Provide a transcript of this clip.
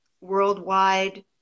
worldwide